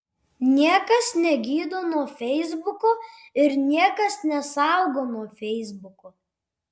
niekas negydo nuo feisbuko ir niekas nesaugo nuo feisbuko